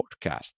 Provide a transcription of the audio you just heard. podcast